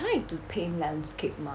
I like to paint landscape 吗